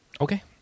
Okay